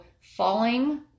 falling